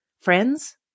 friends